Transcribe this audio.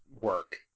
work